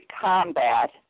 combat